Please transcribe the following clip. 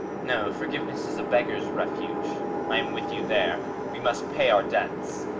no forgiveness is a beggar's refuge. i am with you there we must pay our debts.